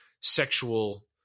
sexual